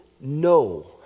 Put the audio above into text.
no